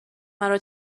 مرا